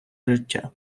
життя